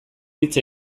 hitz